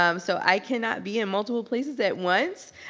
um so i cannot be in multiple places at once.